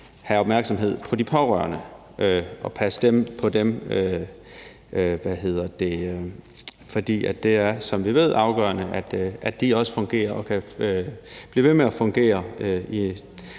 have opmærksomhed på de pårørende og passe på dem, for det er, som vi ved, afgørende, at de også fungerer og kan blive ved med at fungere,